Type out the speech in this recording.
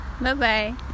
Bye-bye